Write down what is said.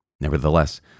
Nevertheless